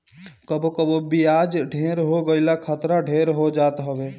कबो कबो बियाज ढेर हो गईला खतरा ढेर हो जात हवे